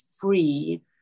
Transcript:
free